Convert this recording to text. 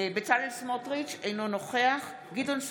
בצלאל סמוטריץ' אינו נוכח גדעון סער,